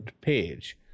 page